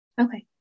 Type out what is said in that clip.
okay